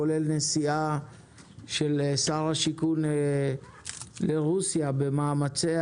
שכללה נסיעה של שר השיכון לרוסיה במאמצי